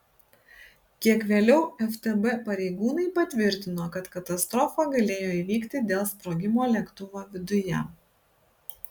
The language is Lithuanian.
kiek vėliau ftb pareigūnai patvirtino kad katastrofa galėjo įvykti dėl sprogimo lėktuvo viduje